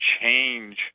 change